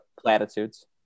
platitudes